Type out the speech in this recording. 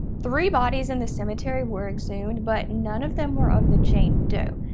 three bodies in the cemetery were exhumed, but none of them were of the jane doe.